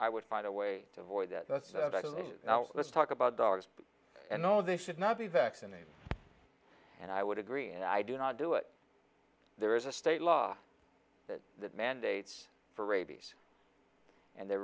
i would find a way to avoid that that's now let's talk about dogs and no they should not be vaccinated and i would agree and i do not do it there is a state law that mandates for rabies and the